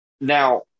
Now